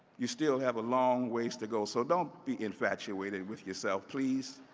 you still have a long ways to go. so don't be infatuateed with yourself, please.